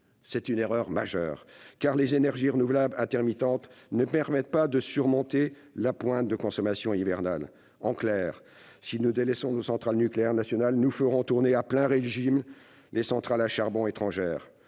C'est une erreur majeure, car les énergies renouvelables, intermittentes, ne permettent pas de surmonter « la pointe de consommation » hivernale. En clair, si nous délaissons nos centrales nucléaires nationales, nous ferons tourner à plein régime les centrales à charbon étrangères.